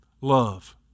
Love